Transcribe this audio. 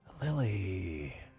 Lily